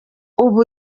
ubu